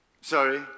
Sorry